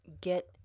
get